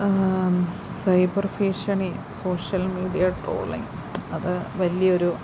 cyber ഭീഷണി social media trolling അത് വലിയൊരു